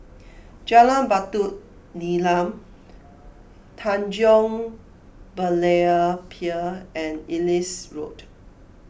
Jalan Batu Nilam Tanjong Berlayer Pier and Ellis Road